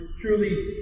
truly